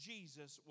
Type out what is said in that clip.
Jesus